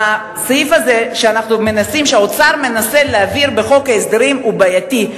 והסעיף הזה שהאוצר מנסה להעביר בחוק ההסדרים הוא בעייתי.